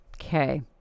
okay